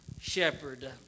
shepherd